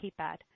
keypad